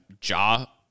jaw